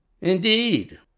Indeed